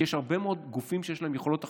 כי יש הרבה מאוד גופים שיש להם יכולות אכיפתיות.